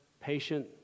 patient